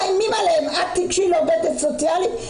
מאיימים עליהן, את תגשי לעובדת סוציאלית?